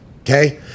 okay